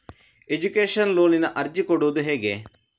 Education ಲೋನಿಗೆ ಅರ್ಜಿ ಕೊಡೂದು ಹೇಗೆ?